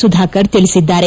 ಸುಧಾಕರ್ ತಿಳಿಸಿದ್ದಾರೆ